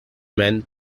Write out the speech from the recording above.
men